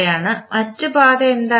മറ്റ് പാത എന്തായിരിക്കും